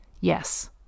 Yes